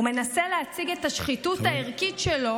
הוא מנסה להציג את השחיתות הערכית שלו,